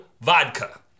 vodka